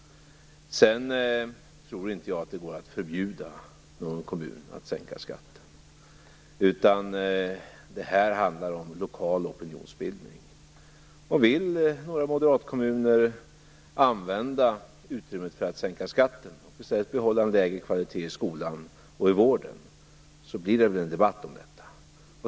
Sedan tror inte jag att det går att förbjuda någon kommun att sänka skatten. Det här handlar om lokal opinionsbildning. Vill några moderatkommuner använda utrymmet till att sänka skatten och i stället behålla en lägre kvalitet i skolan och vården blir det väl en debatt om detta.